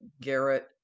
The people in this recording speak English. Garrett